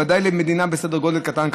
ודאי למדינה בסדר גודל קטן כמונו,